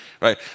right